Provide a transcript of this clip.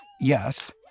Yes